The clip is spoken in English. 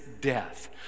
death